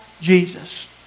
Jesus